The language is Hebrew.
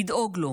לדאוג לו,